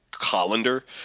colander